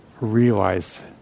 realize